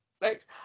Thanks